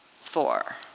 four